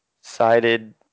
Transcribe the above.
sided